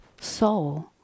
soul